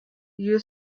you